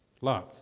love